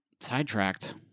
sidetracked